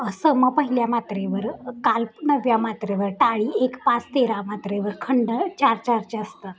असं मग पहिल्या मात्रेवर काल्पनव्या मात्रेवर टाळी एक पाच तेरा मात्रेवर खंड चार चारचे असतात